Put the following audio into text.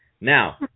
Now